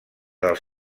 dels